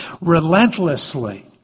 Relentlessly